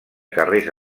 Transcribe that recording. carrers